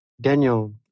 Daniel